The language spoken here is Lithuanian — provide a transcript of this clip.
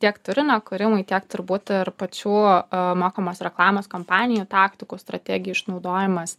tiek turinio kūrimui tiek turbūt ir pačių a matomos reklamos kompanijų taktikų strategijų išnaudojimas